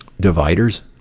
dividers